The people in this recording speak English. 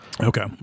Okay